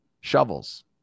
shovels